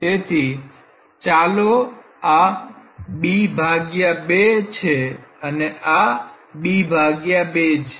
તેથી ચાલો આ b2 છે અને આ b2 છે